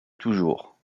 toujours